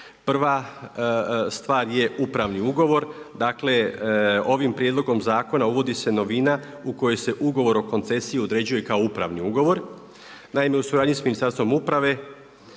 Prva stvar je upravni ugovor, dakle ovim prijedlogom zakona uvodi se novina u kojoj se ugovor o koncesiji određuje kao upravni ugovor. Naime, u suradnji sa Ministarstvom uprave,